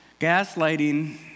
Gaslighting